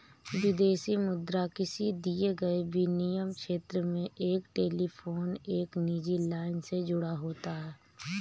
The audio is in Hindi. विदेशी मुद्रा किसी दिए गए विनिमय क्षेत्र में एक टेलीफोन एक निजी लाइन से जुड़ा होता है